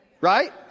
right